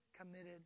committed